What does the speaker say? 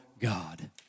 God